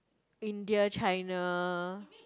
India China